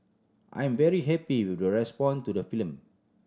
I am very happy with the respond to the film